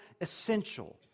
essential